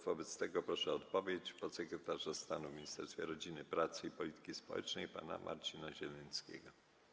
Wobec tego proszę o odpowiedź podsekretarza stanu w Ministerstwie Rodziny, Pracy i Polityki Społecznej pana Marcina Zielenieckiego.